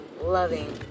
loving